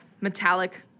metallic